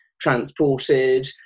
transported